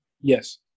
Yes